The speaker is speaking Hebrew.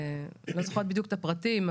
לא זוכרת בדיוק את הפרטים,